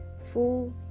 full